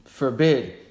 Forbid